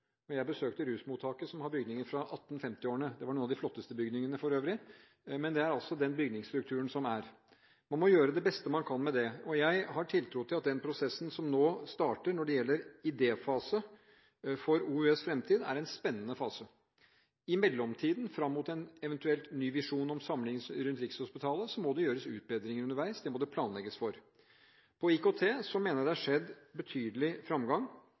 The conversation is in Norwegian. Jeg besøkte rusmottaket som har bygninger fra 1850-årene; det var for øvrig noen av de flotteste bygningene. Men det er altså den bygningsstrukturen som er. Man må gjøre det beste man kan med det. Jeg har tiltro til at den prosessen som nå starter når det gjelder idéfase for OUS’ fremtid, er en spennende fase. I mellomtiden, fram mot en eventuelt ny visjon om samling rundt Rikshospitalet, må det gjøres utbedringer underveis, og det må det planlegges for. Når det gjelder IKT, mener jeg at det har skjedd betydelig